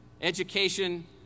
education